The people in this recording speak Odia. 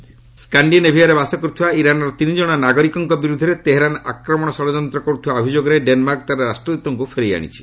ଡେନ୍ମାର୍କ ଇରାନ୍ ସ୍କାଶ୍ଡିନେଭିଆରେ ବାସ କରୁଥିବା ଇରାନ୍ର ତିନିଜଣ ନାଗିରକଙ୍କ ବିର୍ଦ୍ଧରେ ତେହେରାନ୍ ଆକ୍ରମଣ ଷଡ଼ଯନ୍ତ୍ର କର୍ଥିବା ଅଭିଯୋଗରେ ଡେନ୍ମାର୍କ ତାର ରାଷ୍ଟ୍ରଦୃତ୍କୁ ଫେରାଇ ଆଣିଛି